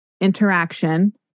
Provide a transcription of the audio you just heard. interaction